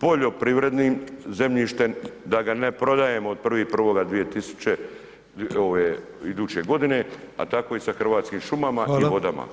poljoprivrednim zemljištem da ga ne prodajemo od 1.1. 2000 ove iduće godine, a tako i sa Hrvatskim šumama [[Upadica: Hvala]] i vodama.